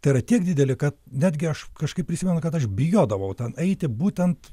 tai yra tiek dideli kad netgi aš kažkaip prisimenu kad aš bijodavau ten eiti būtent